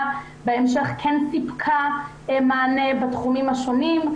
בהמשך כן סיפקה מענה בתחומים השונים.